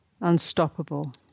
unstoppable